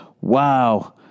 wow